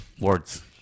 words